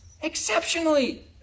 Exceptionally